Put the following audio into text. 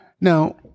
Now